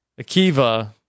Akiva